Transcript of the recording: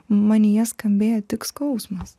manyje skambėjo tik skausmas